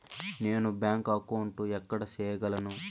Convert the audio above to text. నేను bank account ఎక్కడ సేయగలను